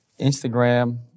Instagram